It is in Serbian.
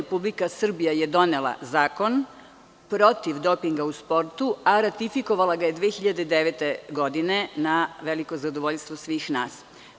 Republika Srbija je donela Zakon protiv dopinga u sportu, a ratifikovala ga je 2009. godine na veliko zadovoljstvo svih nas.